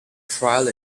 trial